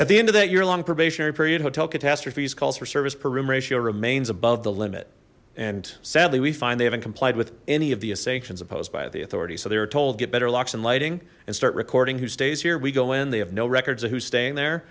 at the end of that year long probationary period hotel catastrophes calls for service per room ratio remains above the limit and sadly we find they haven't complied with any of the assay xuan's opposed by at the authority so they were told get better locks and lighting and start recording who stays here we go in they have no records of who's staying there